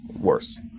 worse